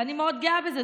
ואני מאוד גאה בזה.